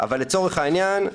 אבל לצורך העניין,